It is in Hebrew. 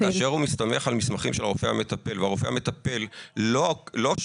אז כאשר הוא מסתמך על מסמכים של הרופא המטפל והרופא המטפל לא כתב